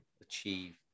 achieve